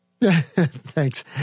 Thanks